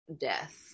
death